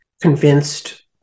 convinced